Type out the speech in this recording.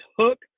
hook